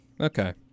Okay